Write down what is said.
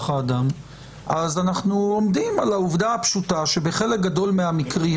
אז אנחנו עומדים על העובדה הפשוטה שבחלק גדול מהמקרים,